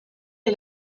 est